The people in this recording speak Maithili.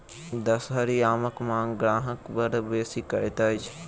दसहरी आमक मांग ग्राहक बड़ बेसी करैत अछि